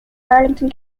arlington